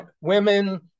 women